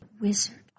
wizard